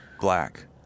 black